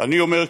אני אומר,